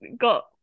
got